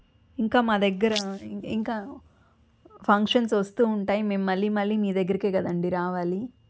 ఇంకా మా దగ్గర ఇంకా ఫంక్షన్స్ వస్తూ ఉంటాయి మేం మళ్ళీ మళ్ళీ మీ దగ్గరికే గదండి రావాలి